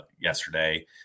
yesterday